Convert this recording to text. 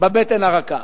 בבטן הרכה.